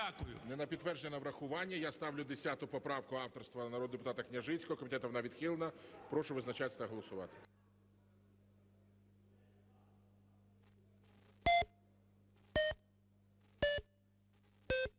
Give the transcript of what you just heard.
Не на підтвердження, а на врахування я ставлю 10 поправку авторства народного депутата Княжицького. Комітетом вона відхилена. Прошу визначатись та голосувати.